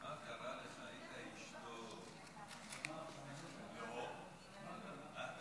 אדוני היושב בראש, חבריי חברי